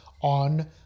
on